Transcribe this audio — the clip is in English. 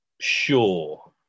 sure